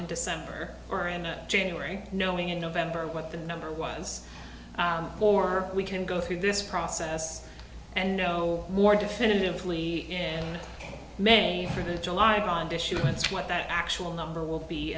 in december and january knowing in november what the number was for we can go through this process and no more definitively in may for the july bond issuance what that actual number will be